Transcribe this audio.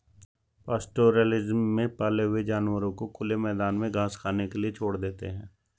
pastoralism में पाले हुए जानवरों को खुले मैदान में घास खाने के लिए छोड़ देते है